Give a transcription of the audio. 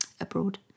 abroad